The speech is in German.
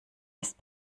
ist